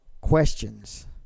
questions